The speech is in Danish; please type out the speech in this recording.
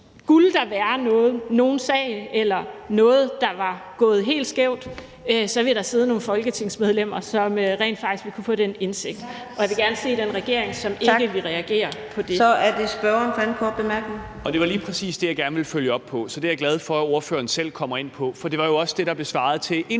Skulle der være nogen sag eller noget, der var gået helt skævt, så vil der sidde nogle folketingsmedlemmer, som rent faktisk kan få den indsigt. Og jeg vil gerne se den regering, som ikke vil reagere på det. Kl. 15:32 Fjerde næstformand (Karina Adsbøl): Tak. Så er det spørgeren for anden korte bemærkning. Kl. 15:32 Peter Kofod (DF): Det var lige præcis det, jeg gerne ville følge op på, så det er jeg glad for at ordføreren selv kommer ind på; for det var jo også det, der blev svaret til Enhedslistens